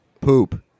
Poop